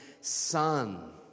Son